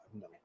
No